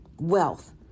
wealth